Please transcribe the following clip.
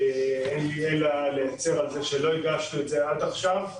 אין לי אלא להצר על זה שלא הגשנו את זה עד עכשיו,